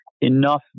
enough